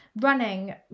running